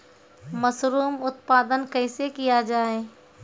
Mushroom उत्पादन कैसे किया जाय?